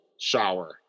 shower